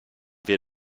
wir